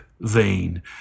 vein